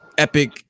Epic